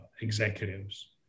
executives